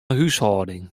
húshâlding